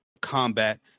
combat